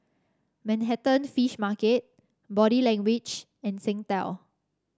Manhattan Fish Market Body Language and Singtel